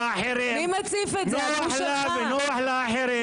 המלחמה הזאת נגד הקשר של עם ישראל לארץ ישראל,